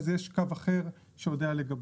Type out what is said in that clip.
אז יש קו אחר שיודע לגבות.